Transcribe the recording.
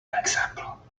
example